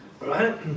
Right